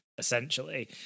essentially